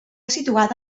situada